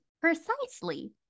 precisely